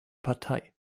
partei